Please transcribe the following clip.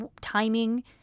timing